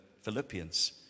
Philippians